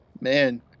man